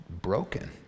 broken